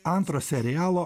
antro serialo